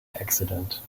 accident